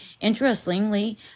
Interestingly